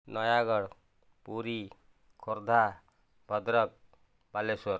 Nayagarh Puri Khordha Bhadrak Baleswar